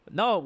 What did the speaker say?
no